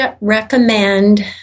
recommend